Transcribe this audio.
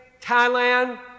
Thailand